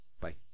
bye